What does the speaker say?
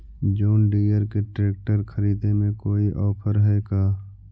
जोन Deere के tractor खरिदे में कोई औफर है का?